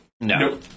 No